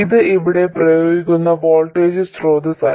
ഇത് ഇവിടെ പ്രയോഗിക്കുന്ന വോൾട്ടേജ് സ്രോതസ്സല്ല